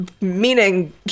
meaning